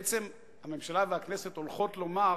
בעצם, הממשלה והכנסת הולכות לומר: